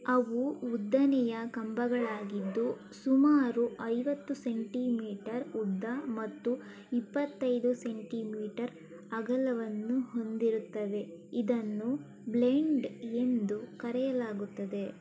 ಅವು ಉದ್ದನೆಯ ಕಂಬಗಳಾಗಿದ್ದು ಸುಮಾರು ಐವತ್ತು ಸೆಂಟಿಮೀಟರ್ ಉದ್ದ ಮತ್ತು ಇಪ್ಪತ್ತೈದು ಸೆಂಟಿಮೀಟರ್ ಅಗಲವನ್ನು ಹೊಂದಿರುತ್ತವೆ ಇದನ್ನು ಬ್ಲೆಂಡ್ ಎಂದು ಕರೆಯಲಾಗುತ್ತದೆ